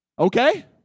Okay